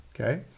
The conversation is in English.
okay